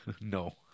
No